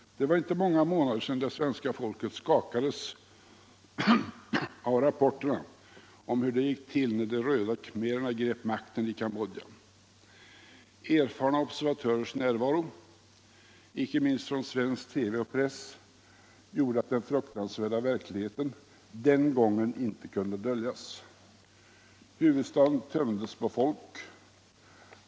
Det var inte många månader sedan det svenska folket skakades av rapporterna om hur det gick till när de röda khmererna grep makten i Cambodja. Erfarna observatörers närvaro — icke minst från svensk TV och press — gjorde att den fruktansvärda verkligheten den gången inte kunde döljas. Huvudstaden tömdes på folk.